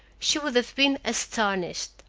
she would have been astonished.